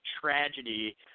tragedy